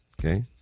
okay